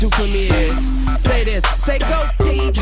and for me is say this, say go